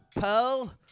pearl